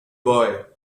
boy